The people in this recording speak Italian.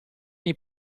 nei